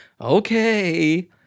Okay